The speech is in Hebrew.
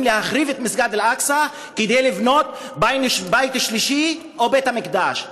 להחריב את מסגד אל-אקצא כדי לבנות בית שלישי או בית-מקדש.